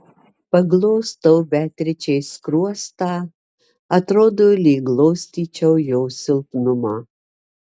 paglostau beatričei skruostą atrodo lyg glostyčiau jos silpnumą